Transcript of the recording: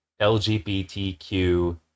LGBTQ